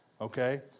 Okay